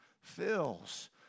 fills